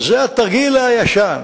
זה התרגיל הישן.